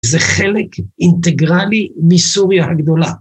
זה חלק אינטגרלי מסוריה הגדולה.